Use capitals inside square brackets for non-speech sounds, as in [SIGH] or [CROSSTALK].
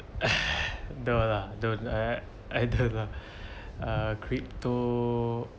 [NOISE] no lah don't like that I don't lah [BREATH] crypto